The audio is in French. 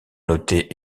noter